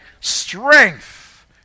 strength